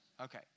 Okay